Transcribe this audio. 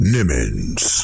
Nimmons